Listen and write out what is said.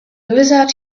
wizard